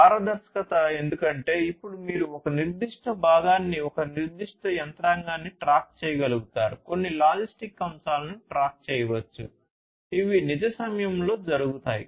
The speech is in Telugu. పారదర్శకత జరుగుతాయి